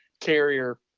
carrier